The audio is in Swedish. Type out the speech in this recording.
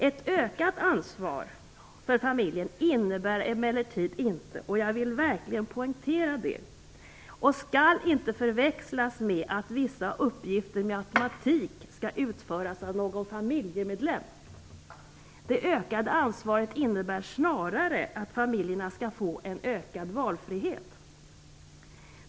Ett ökat ansvar för familjen innebär emellertid inte - och jag vill verkligen poängtera det - och skall inte förväxlas med att vissa uppgifter med automatik skall utföras av någon familjemedlem. Det ökade ansvaret innebär snarare att familjerna skall få en ökad valfrihet.